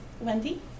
Wendy